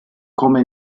come